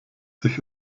sich